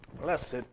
Blessed